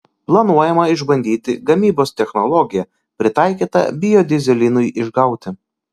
planuojama išbandyti gamybos technologiją pritaikytą biodyzelinui išgauti